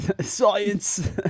Science